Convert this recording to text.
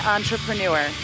Entrepreneur